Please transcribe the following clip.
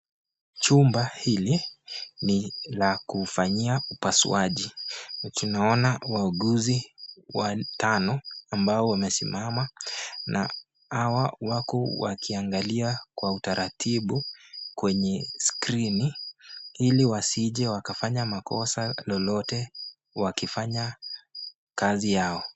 Chumba hili ni la kufanyia upasuaji. Tunaona wauguzi watano ambao wamesimama na hawa wako wakiangalia kwa utaratibu kwenye skrini ili wasije wakafanya makosa lolote wakifanya kazi yao.